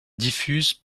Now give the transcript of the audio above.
diffuse